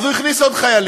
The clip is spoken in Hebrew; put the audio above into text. אז הוא הכניס עוד חיילים.